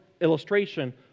illustration